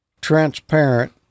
transparent